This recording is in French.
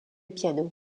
piano